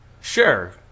Sure